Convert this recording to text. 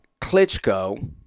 Klitschko